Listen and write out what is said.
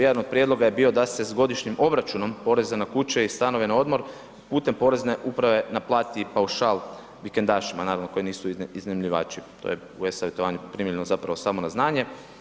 Jedan od prijedloga je bio da se s godišnjim obračunom poreza na kuće i stanove na odmor putem porezne uprave naplati paušal vikendašima, naravno, koji nisu iznajmljivači, to je u e-savjetovanju primljeno zapravo samo na znanje.